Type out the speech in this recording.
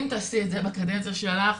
אם תעשי את זה בקדנציה שלך,